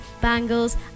bangles